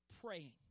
praying